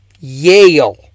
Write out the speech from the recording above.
Yale